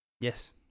Yes